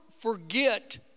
forget